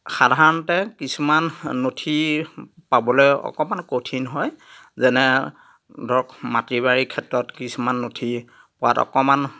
সাধাৰণতে কিছুমান নথি পাবলে অকণমান কঠিন হয় যেনে ধৰক মাটি বাৰীৰ ক্ষেত্ৰত কিছুমান নথি পোৱাত অকণমান